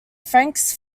franks